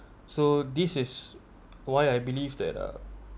so this is why I believe that uh